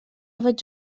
vaig